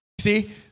See